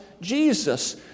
Jesus